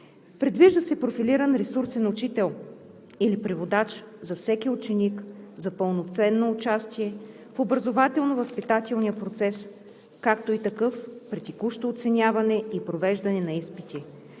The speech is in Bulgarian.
Предвижда се профилиран ресурсен учител и/или преводач за всеки ученик за пълноценно участие в образователно-възпитателния процес, както и такъв при текущо оценяване и провеждане на изпити.